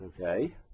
okay